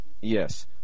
Yes